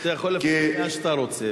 אתה יכול להפנות לאן שאתה רוצה.